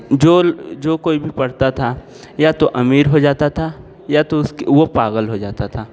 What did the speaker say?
जो जो कोई भी पढ़ता था या तो अमीर हो जाता था या तो उसके वह पागल हो जाता था